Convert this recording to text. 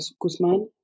Guzman